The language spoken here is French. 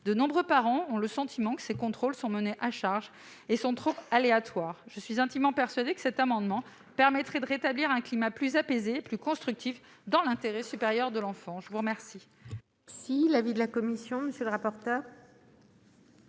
De nombreux parents ont le sentiment que ces contrôles sont menés à charge et qu'ils sont trop aléatoires. Je suis intimement persuadée que l'adoption de cet amendement permettrait de rétablir un climat plus apaisé, plus constructif, dans l'intérêt supérieur de l'enfant. Quel